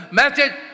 message